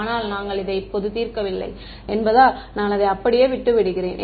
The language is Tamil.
ஆனால் நாங்கள் இதை இப்போது தீர்க்கவில்லை என்பதால் நான் அதை அப்படியே விட்டுவிடுகிறேன்